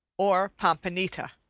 or pompanita.